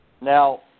Now